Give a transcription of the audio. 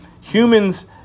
humans